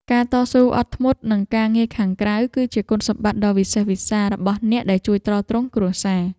ការតស៊ូអត់ធ្មត់នឹងការងារខាងក្រៅ គឺជាគុណសម្បត្តិដ៏វិសេសវិសាលរបស់អ្នកដែលជួយទ្រទ្រង់គ្រួសារ។